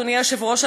אדוני היושב-ראש,